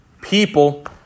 people